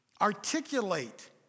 articulate